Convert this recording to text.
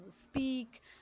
speak